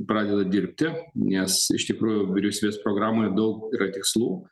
pradeda dirbti nes iš tikrųjų vyriausybės programoje daug yra tikslų